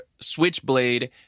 switchblade